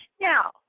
now